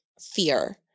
fear